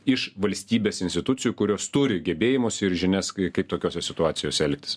iš valstybės institucijų kurios turi gebėjimus ir žinias kai kaip tokiose situacijose elgtis